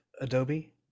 Adobe